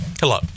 hello